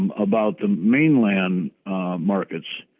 um about the mainland markets,